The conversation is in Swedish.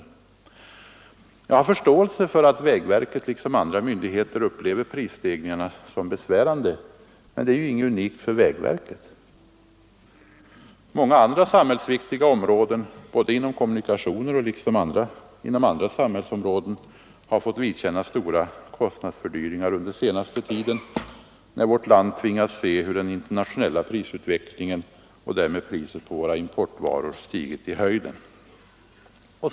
Jag har förståelse för att vägverket liksom andra myndigheter upplever prisstegringarna som besvärande, men detta är ju inte någonting unikt för vägverket. Även många andra samhällsviktiga områden har liksom kommunikationerna fått vidkännas stora kostnadsfördyringar under den senaste tiden, när priset på våra importvaror på grund av den internationella prisutvecklingen stigit i höjden.